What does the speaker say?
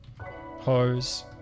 hose